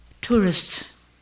Tourists